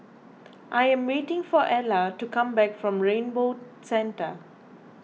I am waiting for Ella to come back from Rainbow Centre